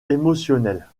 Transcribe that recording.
émotionnelle